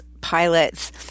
pilots